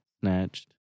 snatched